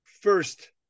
First